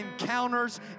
encounters